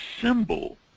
symbol